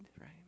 right